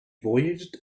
voyaged